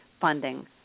funding